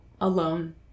alone